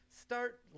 start